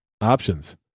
options